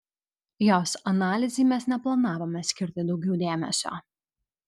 jos analizei mes neplanavome skirti daugiau dėmesio